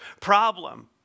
problem